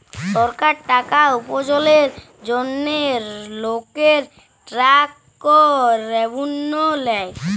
সরকার টাকা উপার্জলের জন্হে লকের ট্যাক্স রেভেন্যু লেয়